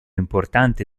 importante